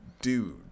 dude